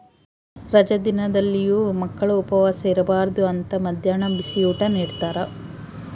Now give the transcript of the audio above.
ರಜಾ ದಿನದಲ್ಲಿಯೂ ಮಕ್ಕಳು ಉಪವಾಸ ಇರಬಾರ್ದು ಅಂತ ಮದ್ಯಾಹ್ನ ಬಿಸಿಯೂಟ ನಿಡ್ತಾರ